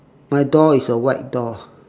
my door is a white door